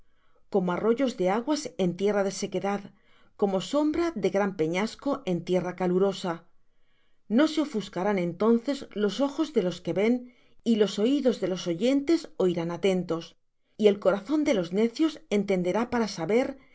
como arroyos de aguas en tierra de sequedad como sombra de gran peñasco en tierra calurosa no se ofuscarán entonces los ojos de los que ven y los oídos de los oyentes oirán atentos y el corazón de los necios entenderá para saber